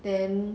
then